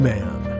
Man